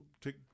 take